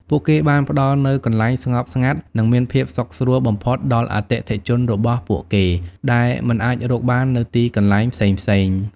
ពួកគេបានផ្តល់នូវកន្លែងស្ងប់ស្ងាត់ និងមានភាពសុខស្រួលបំផុតដល់អតិថិជនរបស់ពួកគេ ដែលមិនអាចរកបាននៅទីកន្លែងផ្សេងៗ។